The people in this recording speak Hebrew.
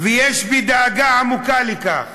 יש בי דאגה עמוקה מכך